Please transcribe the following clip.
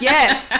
Yes